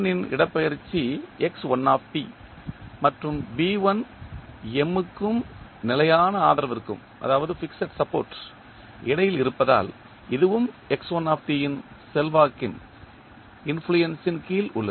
இன் இடப்பெயர்ச்சி மற்றும் க்கும் நிலையான ஆதரவிற்கும் இடையில் இருப்பதால் இதுவும் இன் செல்வாக்கின் கீழ் உள்ளது